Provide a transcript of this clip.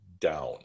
down